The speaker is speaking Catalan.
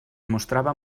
mostrava